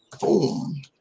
Boom